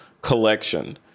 collection